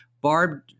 Barb